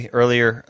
earlier